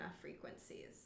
frequencies